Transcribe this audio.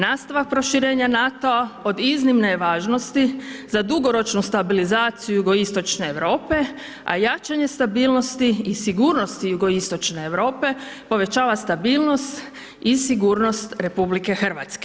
Nastavak proširenja NATO-a od iznimne je važnosti za dugoročnu stabilizaciju Jugoistočne Europe, a jačanje stabilnosti i sigurnosti Jugoistočne Europe povećava stabilnost i sigurnost RH.